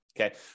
okay